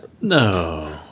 No